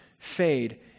Fade